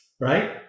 right